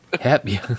Happy